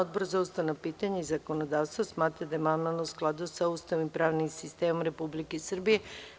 Odbor za ustavna pitanja i zakonodavstvo smatra da je amandman u skladu sa Ustavom i pravnim sistemom Republike Srbije.